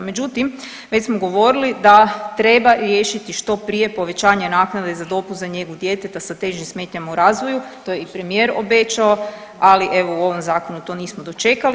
Međutim, već smo govorili da treba riješiti što prije povećanje naknada … [[Govornik se ne razumije]] za njegu djeteta sa težim smetnjama u razvoju, to je i premijer obećao, ali evo u ovom zakonu to nismo dočekali.